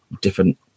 different